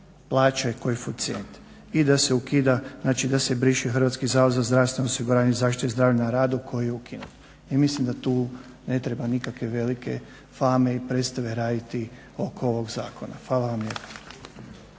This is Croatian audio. plaća i koeficijent i da se ukida, znači da se briše Hrvatski zavod za zdravstveno osiguranje i zaštite zdravlja na radu koji je ukinut. I mislim da tu ne treba nikakve velike fame i predstave raditi oko ovog zakona. Hvala vam lijepa.